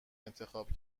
انتخاب